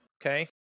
Okay